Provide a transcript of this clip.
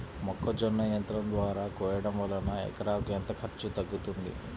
మొక్కజొన్న యంత్రం ద్వారా కోయటం వలన ఎకరాకు ఎంత ఖర్చు తగ్గుతుంది?